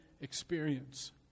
experience